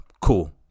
Cool